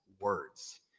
words